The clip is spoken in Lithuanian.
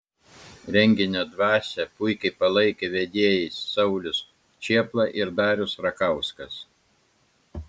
renginio dvasią puikiai palaikė vedėjai saulius čėpla ir darius rakauskas